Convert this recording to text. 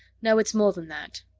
no, it's more than that.